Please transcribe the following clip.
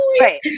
Right